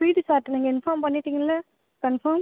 பிடி சார்கிட்ட நீங்கள் இன்பர்ம் பண்ணிடீங்களே கன்ஃபாம்